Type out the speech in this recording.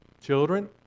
children